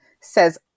says